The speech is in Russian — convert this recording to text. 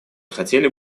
хотели